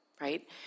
Right